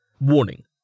Warning